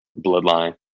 bloodline